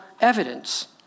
evidence